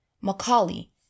Macaulay